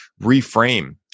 reframe